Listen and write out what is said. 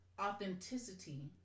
authenticity